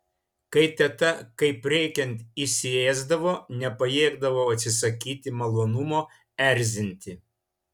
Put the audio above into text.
kai teta kaip reikiant įsiėsdavo nepajėgdavau atsisakyti malonumo erzinti